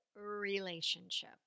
relationship